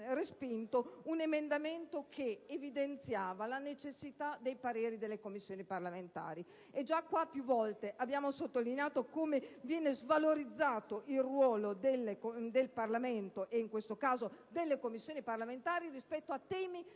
un emendamento che evidenziava la necessità del parere delle Commissioni parlamentari. In questa sede più volte abbiamo sottolineato come viene svalorizzato il ruolo del Parlamento, e in questo caso delle Commissioni parlamentari, rispetto a temi